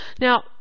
Now